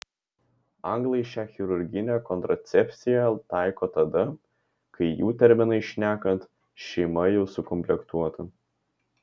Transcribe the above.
anglai šią chirurginę kontracepciją taiko tada kai jų terminais šnekant šeima jau sukomplektuota